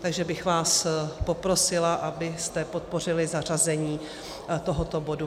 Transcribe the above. Takže bych vás poprosila, abyste podpořili zařazení tohoto bodu.